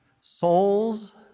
Souls